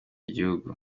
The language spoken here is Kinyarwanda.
igihugu